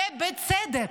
ובצדק.